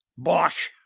bosh!